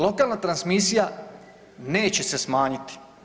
Lokalna transmisija neće se smanjiti.